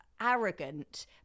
arrogant